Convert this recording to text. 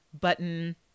button